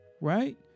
right